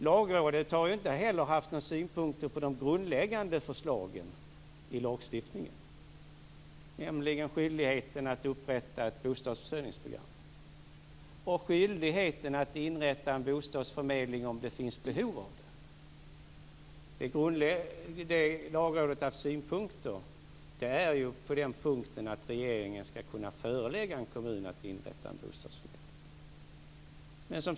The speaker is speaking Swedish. Lagrådet har ju inte heller haft några synpunkter på de grundläggande förslagen i lagstiftningen, nämligen skyldigheten att upprätta ett bostadsförsörjningsprogram och skyldigheten att inrätta en bostadsförmedling om det finns behov av det. Det Lagrådet har haft synpunkter på är ju att regeringen ska kunna förelägga en kommun att inrätta en bostadsförmedling.